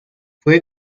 fue